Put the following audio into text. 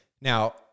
Now